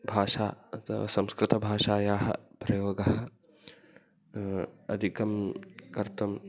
भाषा अतः संस्कृतभाषायाः प्रयोगः अधिकं कर्तुम्